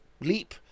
leap